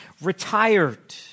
retired